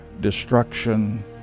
destruction